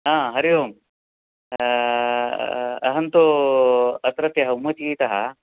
आ हरिः ओम् अहं तु अत्रत्यः उम्मच्गीतः